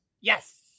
Yes